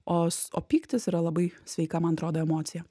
os o pyktis yra labai sveika man atrodo emocija